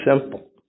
simple